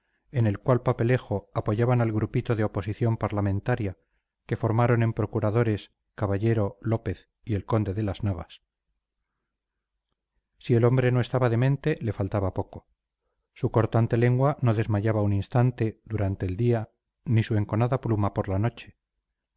en el cual papelejo apoyaban al grupito de oposición parlamentaria que formaron en procuradores caballero lópez y el conde de las navas si el hombre no estaba demente le faltaba poco su cortante lengua no desmayaba un instante durante el día ni su enconada pluma por la noche